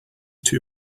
too